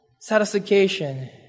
satisfaction